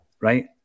right